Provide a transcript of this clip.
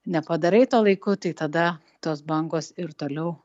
nepadarai to laiku tai tada tos bangos ir toliau